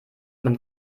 man